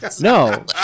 No